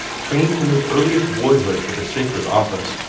trained from his earliest boyhood for the sacred office,